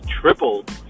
tripled